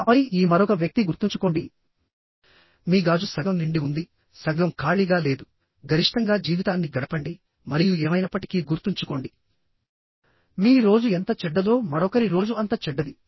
ఆపై ఈ మరొక వ్యక్తి గుర్తుంచుకోండి మీ గాజు సగం నిండి ఉంది సగం ఖాళీగా లేదు గరిష్టంగా జీవితాన్ని గడపండి మరియు ఏమైనప్పటికీ గుర్తుంచుకోండి మీ రోజు ఎంత చెడ్డదో మరొకరి రోజు అంత చెడ్డది